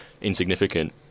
insignificant